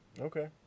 Okay